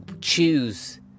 choose